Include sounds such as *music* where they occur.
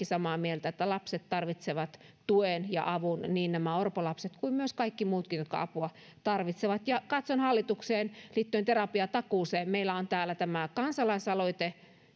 *unintelligible* samaa mieltä että lapset tarvitsevat tuen ja avun niin nämä orpolapset kuin kaikki muutkin jotka apua tarvitsevat katson hallitukseen liittyen terapiatakuuseen meillä on täällä tämä kansalaisaloite